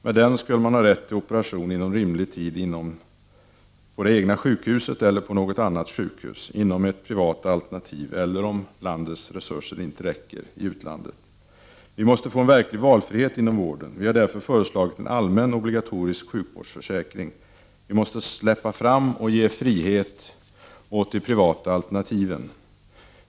Med den skulle man ha rätt till operation inom rimlig tid på det egna sjukhuset eller på ett annat sjukhus, inom ett privat alternativ eller, om landets resurser inte räcker, i utlandet. 2. Vi måste få en verklig valfrihet inom vården. Vi har därför föreslagit en allmän, obligatorisk sjukvårdsförsäkring. Vi måste släppa fram och ge frihet åt de privata alternativen.